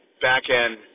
back-end